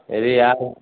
अरे यार